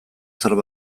zahar